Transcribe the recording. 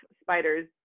spiders